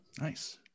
nice